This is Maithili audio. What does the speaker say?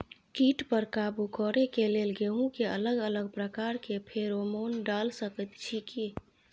कीट पर काबू करे के लेल गेहूं के अलग अलग प्रकार के फेरोमोन डाल सकेत छी की?